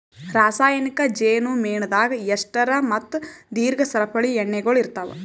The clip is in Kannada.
ರಾಸಾಯನಿಕ್ ಜೇನು ಮೇಣದಾಗ್ ಎಸ್ಟರ್ ಮತ್ತ ದೀರ್ಘ ಸರಪಳಿ ಎಣ್ಣೆಗೊಳ್ ಇರ್ತಾವ್